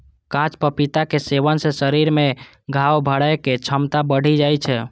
कांच पपीताक सेवन सं शरीर मे घाव भरै के क्षमता बढ़ि जाइ छै